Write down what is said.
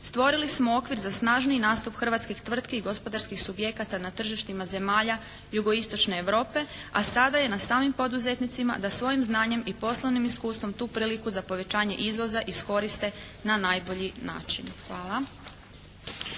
stvorili smo okvir za snažniji nastup hrvatskih tvrtki i gospodarskih subjekata na tržištima zemalja jugoistočne Europe a sada je na samim poduzetnicima da svojim znanjem i poslovnim iskustvom tu priliku za povećanje izvoza iskoriste na najbolji način. Hvala.